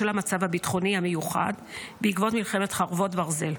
בשל המצב הביטחוני המיוחד בעקבות מלחמת חרבות ברזל,